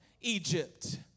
Egypt